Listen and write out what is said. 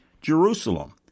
Jerusalem